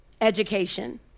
education